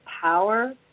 power